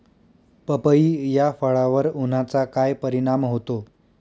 पपई या फळावर उन्हाचा काय परिणाम होतो?